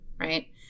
right